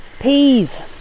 peas